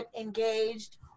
engaged